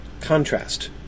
contrast